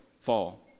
fall